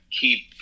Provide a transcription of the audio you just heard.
keep